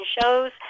shows